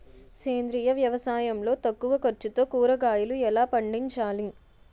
సేంద్రీయ వ్యవసాయం లో తక్కువ ఖర్చుతో కూరగాయలు ఎలా పండించాలి?